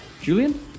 Julian